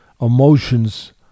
emotions